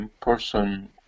person